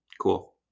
Cool